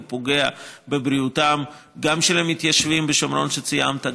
הוא פוגע גם בבריאותם של המתיישבים בשומרון שציינת,